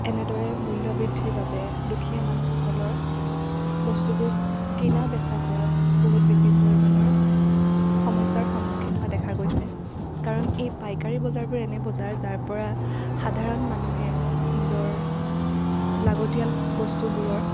এনেদৰে মূল্য় বৃদ্ধিৰ বাবে দুখীয়া মানুহসকলৰ বস্তুবোৰ কিনা বেচা কৰাত বহুত বেছি পৰিমাণৰ সমস্য়াৰ সন্মুখীন হোৱা দেখা গৈছে কাৰণ এই পাইকাৰী বজাৰবোৰ এনে বজাৰ যাৰ পৰা সাধাৰণ মানুহে নিজৰ লাগতিয়াল বস্তুবোৰৰ